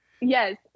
Yes